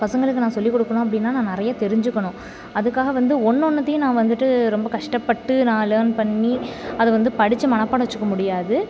பசங்களுக்கு நான் சொல்லிக் கொடுக்கணும் அப்படின்னா நான் நிறைய தெரிஞ்சுக்கணும் அதுக்காக வந்து ஒன்று ஒன்றுத்தையும் நான் வந்துட்டு ரொம்ப கஷ்டப்பட்டு நான் லேன் பண்ணி அதை வந்து படித்து மனப்பாடம் வச்சுக்க முடியாது